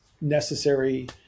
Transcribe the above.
necessary